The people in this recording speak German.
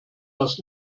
das